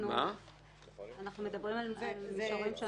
אנחנו מדברים על מישורים שונים.